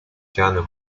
journal